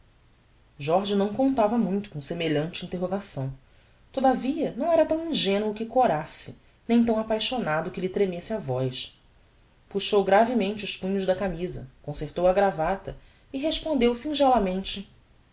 jorge não contava muito com semelhante interrogação todavia não era tão ingenuo que corasse nem tão apaixonado que lhe tremesse a voz puchou gravemente os punhos da camisa concertou a gravata e respondeu